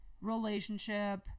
relationship